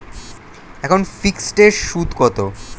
এখন ফিকসড এর সুদ কত?